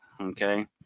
okay